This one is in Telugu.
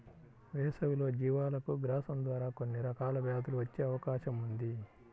వేసవిలో జీవాలకు గ్రాసం ద్వారా కొన్ని రకాల వ్యాధులు వచ్చే అవకాశం ఉంది